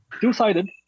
two-sided